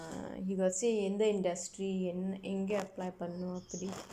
he got say எந்த:endtha industry எங்க:engka apply பண்ணனும் அப்புடி:pannanum appudi